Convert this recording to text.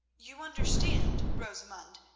you understand, rosamund,